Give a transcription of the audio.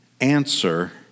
answer